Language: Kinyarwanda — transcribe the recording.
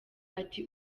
ati